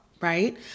right